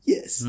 Yes